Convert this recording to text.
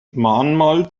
mahnmal